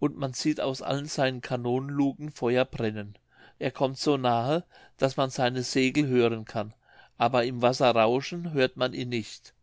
und man sieht aus allen seinen kanonenluken feuer brennen er kommt so nahe daß man seine segel hören kann aber im wasser rauschen hört man ihn nicht